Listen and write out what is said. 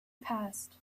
passed